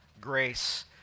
grace